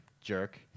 jerk